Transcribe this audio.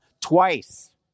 twice